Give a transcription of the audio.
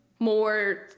more